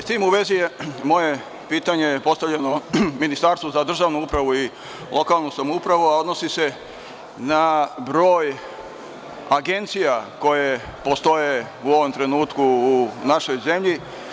S tim u vezi je moje pitanje postavljeno Ministarstvu za državnu upravu i lokalu samoupravu, a odnosi se na broj agencija koje postoje u ovom trenutku u našoj zemlji.